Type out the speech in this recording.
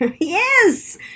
Yes